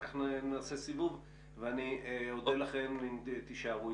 כך נעשה סבב ואני אודה לכם אם תישארו.